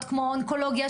אונקולוגיה,